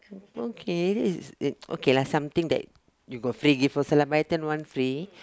okay okay lah something that you got free gift also lah buy ten one free